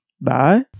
Bye